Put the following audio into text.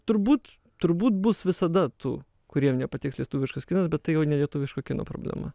turbūt turbūt bus visada tų kuriem nepatiks lietuviškas kinas bet tai jau ne lietuviško kino problema